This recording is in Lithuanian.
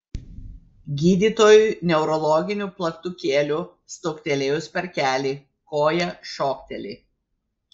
gydytojui neurologiniu plaktukėliu stuktelėjus per kelį koja šokteli